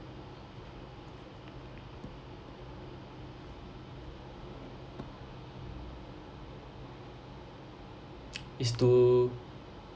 is to